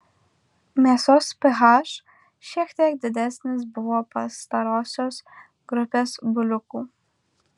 mėsos ph šiek tiek didesnis buvo pastarosios grupės buliukų